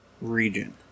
region